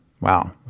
Wow